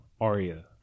Arya